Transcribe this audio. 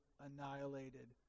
annihilated